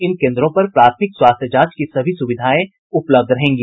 इन केन्द्रों पर प्राथमिक स्वास्थ्य जांच की सभी सुविधाएं उपलब्ध रहेगी